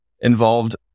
involved